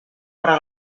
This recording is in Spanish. para